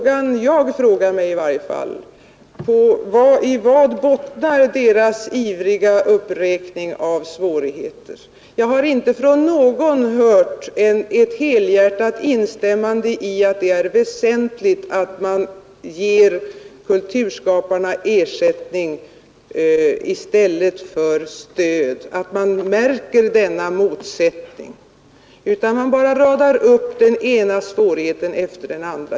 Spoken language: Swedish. Jag frågar mig i varje fall: Vari bottnar deras ivriga uppräkning av svårigheter? Jag har inte från någon hört ett helhjärtat instämmande i att det är väsentligt att man ger kulturskaparna ersättning i stället för stöd, att man märker denna motsättning. Man bara radar upp den ena svårigheten efter den andra.